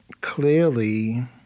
Clearly